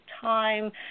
time